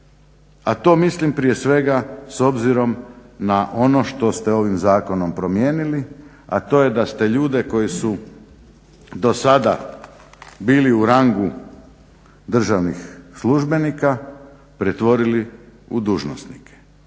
a to mislim prije svega s obzirom na ono što ste ovim zakonom promijenili, a to je da ste ljude koji su do sada bili u rangu državnih službenika pretvorili u dužnosnike.